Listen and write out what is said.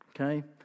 Okay